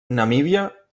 namíbia